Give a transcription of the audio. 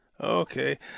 Okay